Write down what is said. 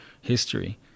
history